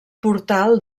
portal